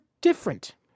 different